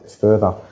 further